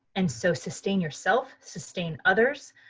and so sustain yourself, sustain others,